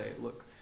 Look